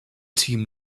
team